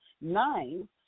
nine